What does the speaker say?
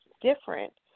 different